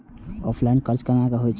Online कर्ज केना होई छै?